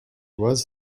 was